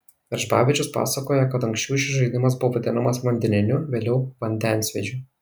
veržbavičius pasakoja kad anksčiau šis žaidimas buvo vadinamas vandeniniu vėliau vandensvydžiu